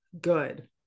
good